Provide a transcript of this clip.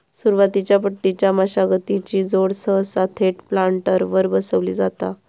सुरुवातीच्या पट्टीच्या मशागतीची जोड सहसा थेट प्लांटरवर बसवली जाता